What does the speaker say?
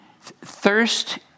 Thirst